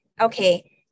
okay